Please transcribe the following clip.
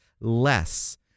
less